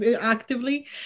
actively